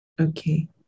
Okay